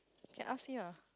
can ask him ah